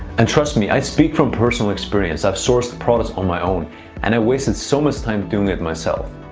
and trust me, i speak from personal experience. i've sourced products on my own and i wasted so much time doing it myself.